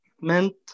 meant